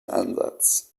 ansatz